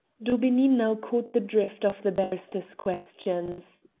daubeney now caught the drift of the barrister's questions.